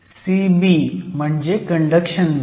CB म्हणजे conduction band